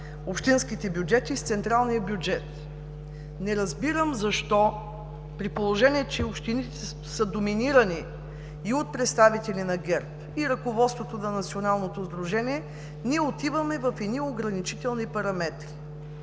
общинските бюджети с централния бюджет“. Не разбирам защо, при положение че общините са доминирани и от представители на ГЕРБ, и от ръководството на Националното сдружение, ние отиваме в ограничителни параметри.